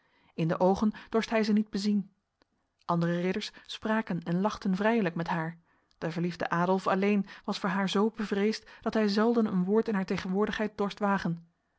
in de ogen dorst hij ze niet bezien andere ridders spraken en lachten vrijelijk met haar de verliefde adolf alleen was voor haar zo bevreesd dat hij zelden een woord in haar tegenwoordigheid dorst wagen